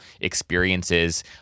experiences